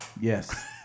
Yes